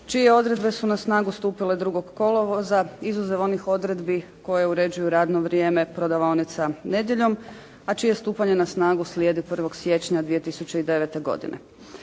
čije odredbe su na snagu stupile 2. kolovoza, izuzev onih odredbi koje uređuju radno vrijeme prodavaonica nedjeljom, a čije stupanje na snagu slijedi 1. siječnja 2009. godine.